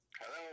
Hello